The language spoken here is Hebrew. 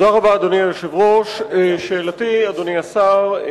אדוני השר,